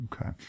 Okay